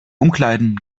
umkleiden